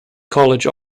college